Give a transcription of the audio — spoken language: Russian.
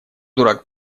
дурак